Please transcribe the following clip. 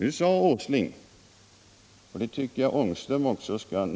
Nils Åsling:sade den 4 november i fjol, och det tycker jag att Rune Ångström också skall